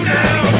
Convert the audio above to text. now